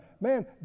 Man